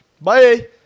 Bye